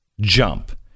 jump